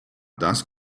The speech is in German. das